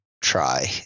try